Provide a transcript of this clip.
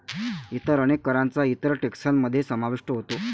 इतर अनेक करांचा इतर टेक्सान मध्ये समावेश होतो